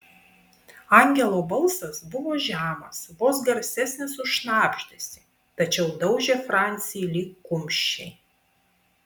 angelo balsas buvo žemas vos garsesnis už šnabždesį tačiau daužė francį lyg kumščiai